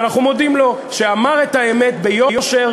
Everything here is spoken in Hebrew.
ואנחנו מודים לו על כך שאמר את האמת ביושר,